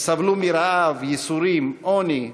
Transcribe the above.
הם סבלו מרעב, ייסורים, עוני,